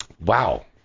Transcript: Wow